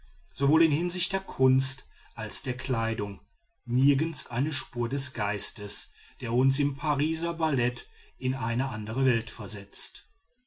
sowohl in hinsicht der kunst als der kleidung nirgends eine spur des geistes der uns im pariser ballett in eine andere welt versetzt